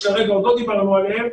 שכרגע עוד לא דיברנו עליהם,